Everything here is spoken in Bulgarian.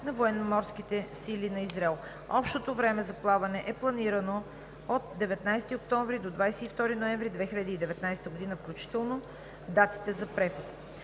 на Военноморските сили на Израел. Общото време за плаване е планирано от 19 октомври до 22 ноември 2019 г., включително датите за преход.